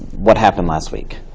what happened last week.